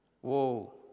Whoa